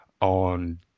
on